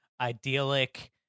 idyllic